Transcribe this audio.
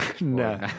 no